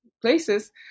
places